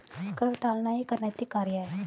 कर टालना एक अनैतिक कार्य है